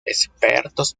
expertos